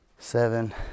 Seven